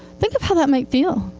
think of how that might feel.